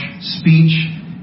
speech